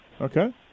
Okay